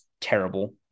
terrible